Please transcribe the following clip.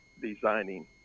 designing